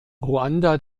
ruanda